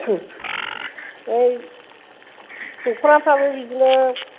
एै दख'नाफ्राबो बिदिनो